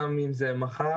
גם אם זה מחר,